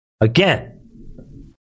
Again